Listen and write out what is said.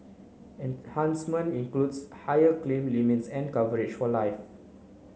enhancement includes higher claim limits and coverage for life